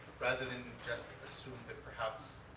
rather than just assume, that perhaps,